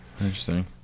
interesting